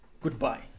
Goodbye